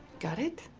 got it?